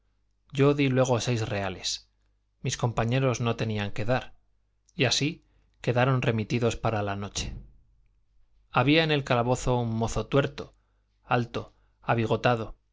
yo di luego seis reales mis compañeros no tenían qué dar y así quedaron remitidos para la noche había en el calabozo un mozo tuerto alto abigotado